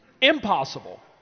Impossible